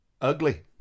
ugly